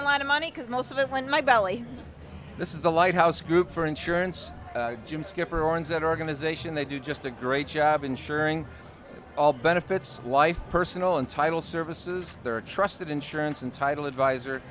a lot of money because most of it when my belly this is the lighthouse group for insurance jim skipper owns that organization they do just a great job ensuring all benefits life personal and title services their trusted insurance and title advisor